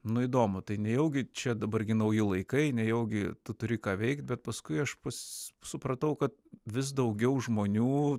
nu įdomu tai nejaugi čia dabar gi nauji laikai nejaugi tu turi ką veikt bet paskui aš pats supratau kad vis daugiau žmonių